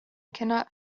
cannot